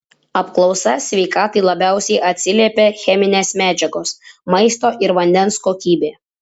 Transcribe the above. apklausa sveikatai labiausiai atsiliepia cheminės medžiagos maisto ir vandens kokybė